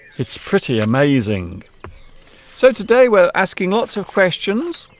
it's pretty amazing so today we're asking lots of questions